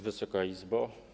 Wysoka Izbo!